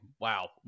wow